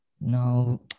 Now